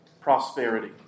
prosperity